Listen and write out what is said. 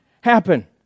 happen